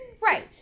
right